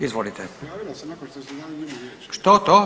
Izvolite. ... [[Upadica se ne čuje.]] Što to?